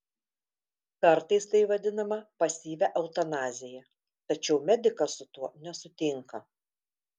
kartais tai vadinama pasyvia eutanazija tačiau medikas su tuo nesutinka